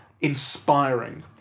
inspiring